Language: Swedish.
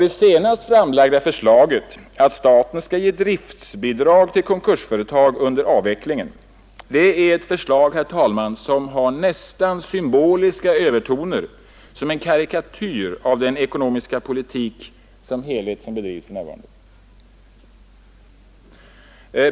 Det senast framlagda förslaget, att staten skall lämna driftbidrag till konkursföretag under avveckling, har, herr talman, nästan symboliska övertoner som en karikatyr av hela den ekonomiska politik som bedrivs för närvarande.